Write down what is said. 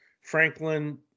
Franklin